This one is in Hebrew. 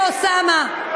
ואוסאמה.